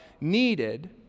needed